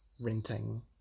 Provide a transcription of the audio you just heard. renting